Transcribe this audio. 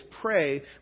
pray